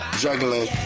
juggling